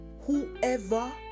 whoever